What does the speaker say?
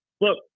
Look